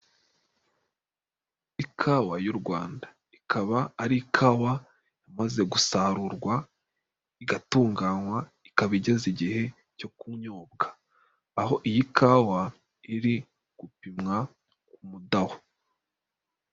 Ikawa y'u Rwanda ikaba ari ikawa imaze gusarurwa, igatunganywa ikaba igeza igihe cyo kunyobwa, aho iyi kawa iri gupimwa k'umudaho.